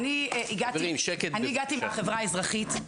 אני הגעתי מהחברה האזרחית,